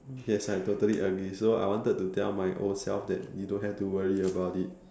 yes I totally agree so I wanted to tell my old self that you don't have to worry about it